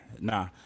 nah